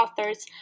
authors